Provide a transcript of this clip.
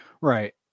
Right